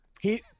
He-